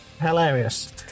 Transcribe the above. Hilarious